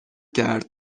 کرد